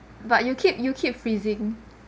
but you keep you keep freezing